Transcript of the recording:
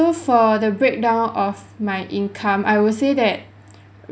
~o for the breakdown of my income I will say that